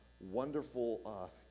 wonderful